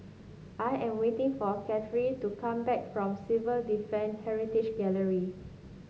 I am waiting for Katharyn to come back from Civil Defend Heritage Gallery